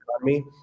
economy